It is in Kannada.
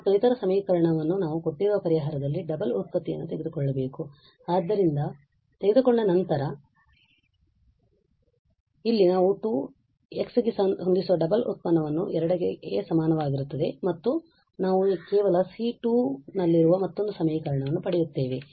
ಮತ್ತು ಇತರ ಸಮೀಕರಣವನ್ನು ನಾವು ಕೊಟ್ಟಿರುವ ಪರಿಹಾರದಲ್ಲಿ ಡಬಲ್ ವ್ಯುತ್ಪತ್ತಿಯನ್ನು ತೆಗೆದುಕೊಳ್ಳಬೇಕು ಆದ್ದರಿಂದ ಅದರಿಂದ ತೆಗೆದುಕೊಂಡ ನಂತರ ಇಲ್ಲಿ ನಾವು 2 x ಗೆ ಹೊಂದಿಸುವ ಡಬಲ್ ವ್ಯುತ್ಪನ್ನವು 2 ಗೆ ಸಮನಾಗಿರುತ್ತದೆ ಮತ್ತು ನಾವು ಕೇವಲ C2 ನಲ್ಲಿರುವ ಮತ್ತೊಂದು ಸಮೀಕರಣವನ್ನು ಪಡೆಯುತ್ತೇವೆ